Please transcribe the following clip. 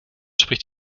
spricht